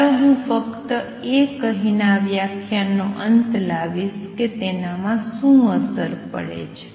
ચાલો હું ફક્ત એ કહીને આ વ્યાખ્યાનનો અંત લાવીશ કે તેનામાં શું અસર પડે છે